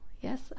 yes